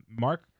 Mark